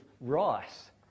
rice